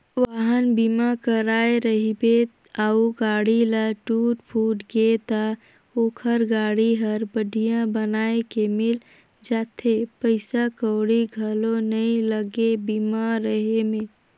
वाहन बीमा कराए रहिबे अउ गाड़ी ल टूट फूट गे त ओखर गाड़ी हर बड़िहा बनाये के मिल जाथे पइसा कउड़ी घलो नइ लागे बीमा रहें में